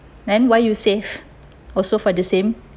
then why you save also for the same